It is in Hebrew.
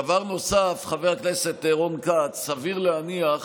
דבר נוסף, חבר הכנסת רון כץ, סביר להניח